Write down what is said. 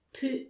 put